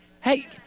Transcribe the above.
Hey